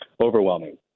overwhelming